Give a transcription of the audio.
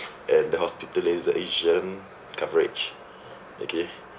and the hospitalization coverage okay